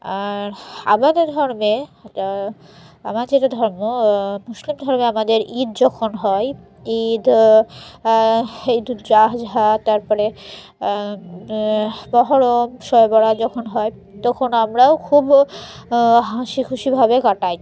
আর আমাদের ধর্মে যেটা আমার যেটা ধর্ম মুসলিম ধর্মে আমাদের ঈদ যখন হয় ঈদ ইদুজ্জোহা তার পরে মহরম শবে বরাত যখন হয় তখন আমরাও খুব হাসি খুশিভাবে কাটাই